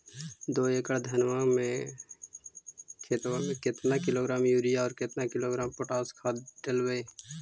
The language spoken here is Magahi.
दो एकड़ धनमा के खेतबा में केतना किलोग्राम युरिया और केतना किलोग्राम पोटास खाद डलबई?